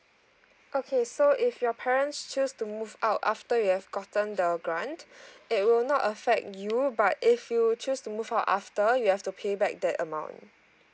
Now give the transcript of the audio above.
okay so if your parents choose to move out after you have gotten the grant it will not affect you but if you choose to move out after you have to pay back that amount